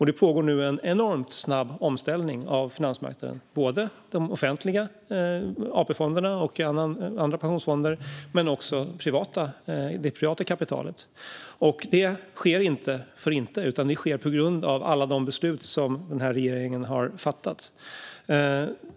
Det pågår nu en enormt snabb omställning av finansmarknaden, både de offentliga AP-fonderna och andra pensionsfonder och det privata kapitalet. Detta sker inte för inte, utan det sker på grund av alla de beslut som den här regeringen har fattat.